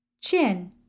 Chin